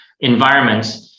environments